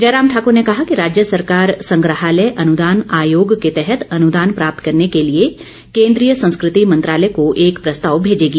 जयराम ठाकर ने कहा कि राज्य सरकार संग्रहालय अनुदान आयोग के तहत अनुदान प्राप्त करने के लिए केन्द्रीय संस्कृति मंत्रालय को एक प्रस्ताव भेजेगी